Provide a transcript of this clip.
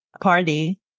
party